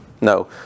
No